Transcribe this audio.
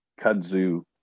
kudzu